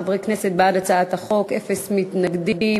15 חברי כנסת בעד הצעת החוק, אין מתנגדים.